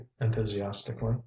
enthusiastically